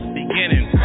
beginning